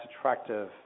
attractive